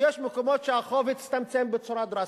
ויש מקומות שהחוב הצטמצם בצורה דרסטית.